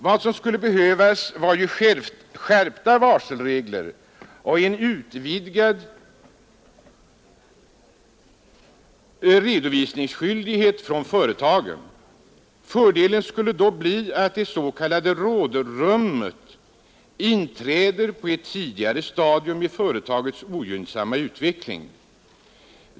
Vad som skulle behövas var ju skärpta varselregler och en utökad redovisningsskyldighet för företagen. Fördelen skulle då bli att det ”rådrummet” inträder på ett tidigare stadium i företagets ogynnsamma utveckling.